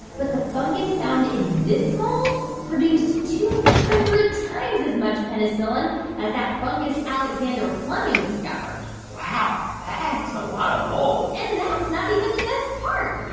but the fungus found in this mold produced two hundred times as much penicillin as that fungus alexander fleming discovered wow. ah a lot of mold and and that's not even the best part.